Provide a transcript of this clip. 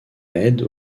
aide